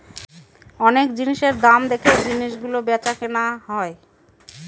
অনেক জিনিসের দাম দেখে জিনিস গুলো কেনা বেচা হয়